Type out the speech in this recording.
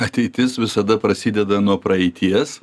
ateitis visada prasideda nuo praeities